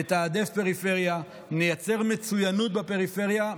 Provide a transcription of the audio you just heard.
תתעדף פריפריה, ונייצר מצוינות בפריפריה.